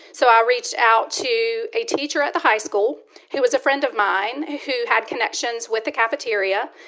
so i reached out to a teacher at the high school who was a friend of mine who had connections with the cafeteria.